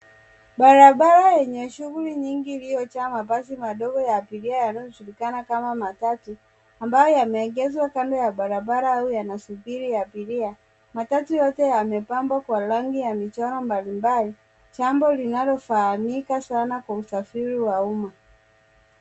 Barabara yenye shughuli nyingi iliyojaa mabasi madogo ya abiria yanayojulikana kama matatu, ambayo yameegeshwa kando ya barabara au yanasubiri abiria. Matatu yote yamepambwa kwa rangi ya michoro mbalimbali; jambo linalofahamika sana kwa usafiri wa umma.